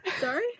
Sorry